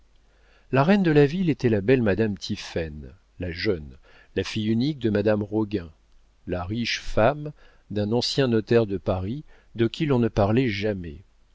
la reine de la ville était la belle madame tiphaine la jeune la fille unique de madame roguin la riche femme d'un ancien notaire de paris de qui l'on ne parlait jamais